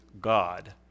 God